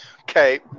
Okay